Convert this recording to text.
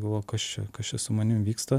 galvoja kas čia kas čia su manim vyksta